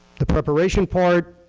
the preparation part,